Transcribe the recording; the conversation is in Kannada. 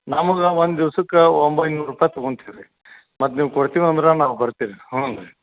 ನಮ್ಗ ಒಂದು ದಿವ್ಸಕ್ಕೆ ಒಂಬೈನೂರು ರೂಪಾಯಿ ತಗೊಳ್ತೀವಿ ರೀ ಮತ್ತು ನೀವು ಕೊಡ್ತೀವಿ ಅಂದ್ರ ನಾವು ಕೊಡ್ತೀವಿ ಹ್ಞೂ ರೀ